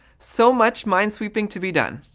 so much minesweeping to be done.